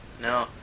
no